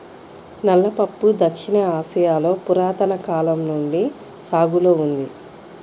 నల్ల పప్పు దక్షిణ ఆసియాలో పురాతన కాలం నుండి సాగులో ఉంది